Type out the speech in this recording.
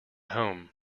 home